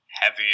heavy